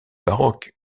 baroque